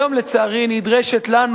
היום לצערי היא נדרשת לנו,